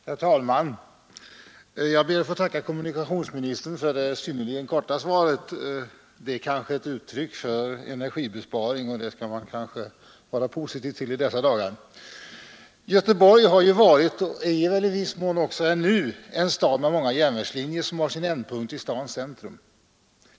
Herr talman! Jag ber att få tacka kommunikationsministern för det synnerligen korta svaret. Det är kanske ett uttryck för energibesparing, och det skall man kanske vara positiv till i dessa dagar. Göteborg har ju varit — och är väl i viss mån ännu — en stad med många järnvägslinjer, som har sin ändpunkt i stadens centrum.